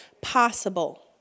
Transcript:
possible